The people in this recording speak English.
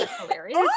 Hilarious